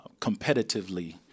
competitively